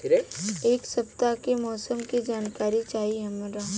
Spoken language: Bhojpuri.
एक सपताह के मौसम के जनाकरी चाही हमरा